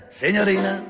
signorina